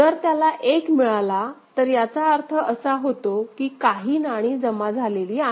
जर त्याला एक मिळाला तर याचा अर्थ असा होतो की काही नाणी जमा झालेली आहे